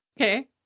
okay